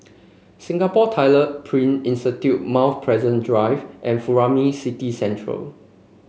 Singapore Tyler Print Institute Mount Pleasant Drive and Furama City